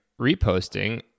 reposting